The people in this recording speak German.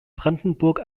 brandenburg